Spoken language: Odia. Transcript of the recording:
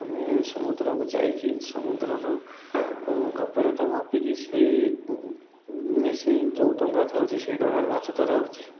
ଆମେ ସମୁଦ୍ରକୁ ଯାଇକି ସମୁଦ୍ରର ଗଭୀରତା ମାପିକି ସେଇ ମେସିନ୍ ଯୋଉ ଡଙ୍ଗା ଥାଉଛି ସେଇ ଡଙ୍ଗାରେ ମାଛ ଧରା ହେଉଛି